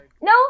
no